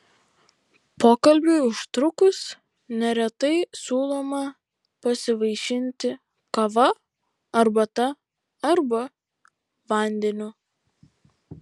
pokalbiui užtrukus neretai siūloma pasivaišinti kava arbata arba vandeniu